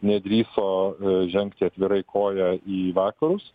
nedrįso žengti atvirai koja į vakarus